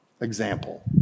example